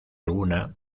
alguna